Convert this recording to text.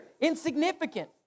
insignificant